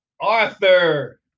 Arthur